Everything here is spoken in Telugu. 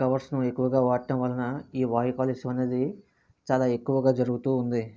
కవర్స్ ను ఎక్కువగా వాడటం వలన ఈ వాయు కాలుష్యం అనేది చాలా ఎక్కువుగా జరుగుతూ ఉంది